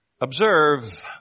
Observe